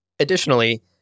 Additionally